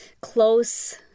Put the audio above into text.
close